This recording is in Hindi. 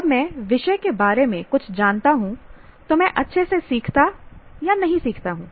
जब मैं विषय के बारे में कुछ जानता हूं तो मैं अच्छे से सीखता या नहीं सीखता हूं